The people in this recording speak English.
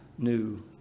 new